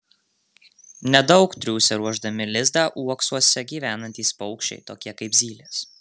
nedaug triūsia ruošdami lizdą uoksuose gyvenantys paukščiai tokie kaip zylės